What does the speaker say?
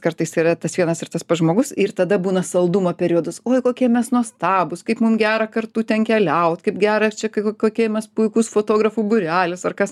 kartais yra tas vienas ir tas pat žmogus ir tada būna saldumo periodas oi kokie mes nuostabūs kaip mum gera kartu ten keliaut kaip gera čia kokie mes puikūs fotografų būrelis ar kas